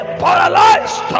paralyzed